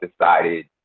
decided